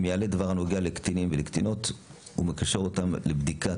אם יעלה דבר שנוגע לקטינים ולקטינות ומקשר אותם לבדיקה,